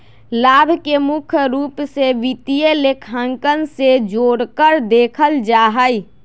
लाभ के मुख्य रूप से वित्तीय लेखांकन से जोडकर देखल जा हई